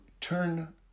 turn